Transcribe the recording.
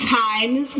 times